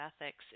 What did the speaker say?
ethics